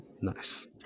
Nice